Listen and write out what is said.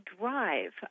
drive